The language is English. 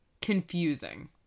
confusing